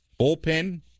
bullpen